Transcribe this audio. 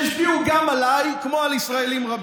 שהשפיעו גם עליי כמו על ישראלים רבים.